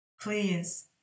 please